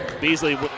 Beasley